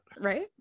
Right